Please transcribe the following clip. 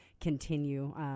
continue